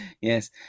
yes